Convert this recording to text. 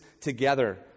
together